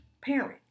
parent